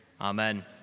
Amen